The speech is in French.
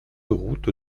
route